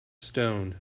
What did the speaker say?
stoned